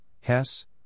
Hess